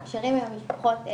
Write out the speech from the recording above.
הקשרים עם המשפחות,